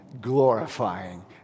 glorifying